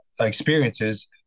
experiences